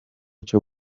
cyo